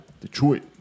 Detroit